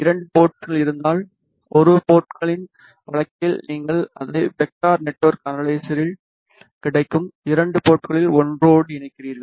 இரண்டு போர்ட்ஸ்கள் இருந்தால் ஒரு போர்ட்களின் வழக்கில் நீங்கள் அதை வெக்டார் நெட்வொர்க் அனலைசரில் கிடைக்கும் இரண்டு போர்ட்களில் ஒன்றோடு இணைக்கிறீர்கள்